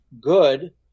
good